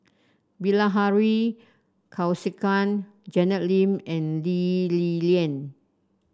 Bilahari Kausikan Janet Lim and Lee Li Lian